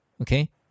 Okay